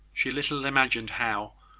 she little imagined how,